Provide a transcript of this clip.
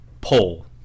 pull